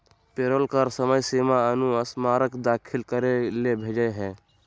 payroll कर समय सीमा अनुस्मारक दाखिल करे ले भेजय हइ